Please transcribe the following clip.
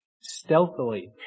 stealthily